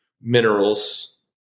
minerals